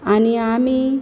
आनी आमी